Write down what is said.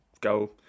go